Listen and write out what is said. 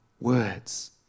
words